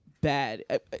bad